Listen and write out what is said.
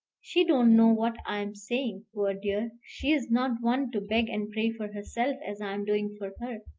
she don't know what i'm saying, poor dear. she's not one to beg and pray for herself, as i'm doing for her.